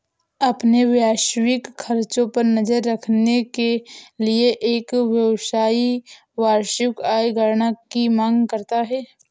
अपने व्यावसायिक खर्चों पर नज़र रखने के लिए, एक व्यवसायी वार्षिक आय गणना की मांग करता है